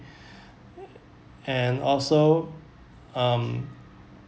and also um